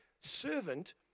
servant